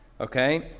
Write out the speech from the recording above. Okay